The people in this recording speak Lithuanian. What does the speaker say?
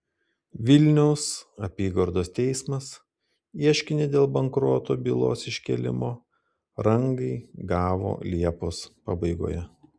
vilniaus apygardos teismas ieškinį dėl bankroto bylos iškėlimo rangai gavo liepos pabaigoje